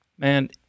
Man